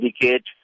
indicate